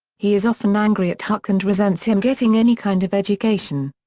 he is often angry at huck and resents him getting any kind of education.